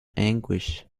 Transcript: anguish